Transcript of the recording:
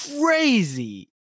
Crazy